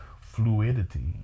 fluidity